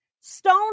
stone